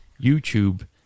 YouTube